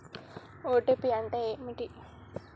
OTP అంటే ఏంటిది?